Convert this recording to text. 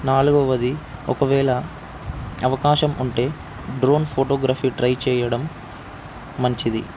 నాల్గవది ఒకవేళ అవకాశం ఉంటే డ్రోన్ ఫోటోగ్రఫీ ట్రై చేయడం మంచిది